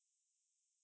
maybe err